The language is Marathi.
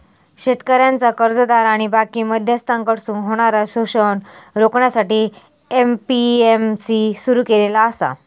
शेतकऱ्यांचा कर्जदार आणि बाकी मध्यस्थांकडसून होणारा शोषण रोखण्यासाठी ए.पी.एम.सी सुरू केलेला आसा